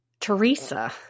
Teresa